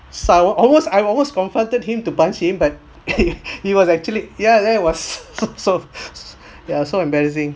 so I almost I almost comfronted him to punch him but he was actually yeah there was so yeah so embarrassing